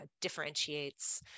differentiates